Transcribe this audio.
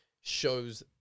shows